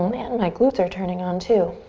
and my glutes are turning on too.